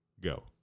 Go